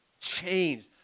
changed